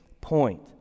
point